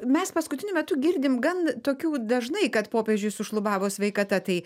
mes paskutiniu metu girdim gan tokių dažnai kad popiežiui sušlubavo sveikata tai